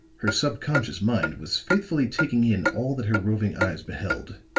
her subconscious mind was faithfully taking in all that her roving eyes beheld.